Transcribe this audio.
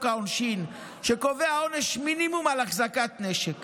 העונשין שקובע עונש מינימום על החזקת נשק